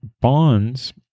bonds